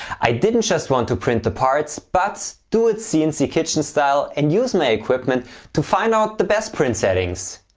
i didn't just want to print the parts but do it cnc kitchen style and use my test equipment to find out the best print settings.